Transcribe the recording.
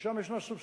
ושם יש סובסידיה.